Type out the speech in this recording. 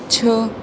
چھ